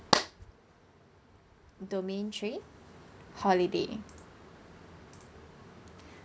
domain three holiday